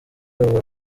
avuga